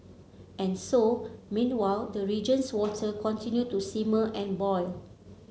and so meanwhile the region's water continue to simmer and boil